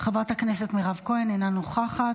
חברת הכנסת מירב כהן, אינה נוכחת.